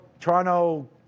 Toronto